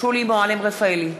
שולי מועלם-רפאלי,